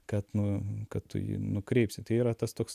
kad nu kad tu jį nukreipsi tai yra tas toks